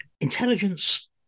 intelligence